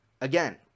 again